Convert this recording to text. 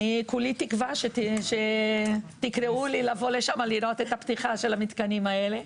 כולי תקווה שתקראו לי לבוא לשם לראות את הפתיחה של המתקנים האלה.